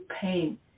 pain